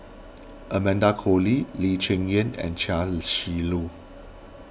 Amanda Koe Lee Lee Cheng Yan and Chia Shi Lu